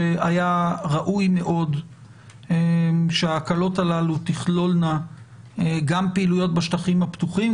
שהיה ראוי מאוד שההקלות הללו תכלולנה גם פעילויות בשטחים הפתוחים,